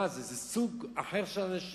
מה זה, זה סוג אחר של אנשים?